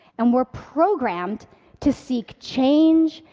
and we're programmed to seek change,